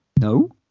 no